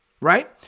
right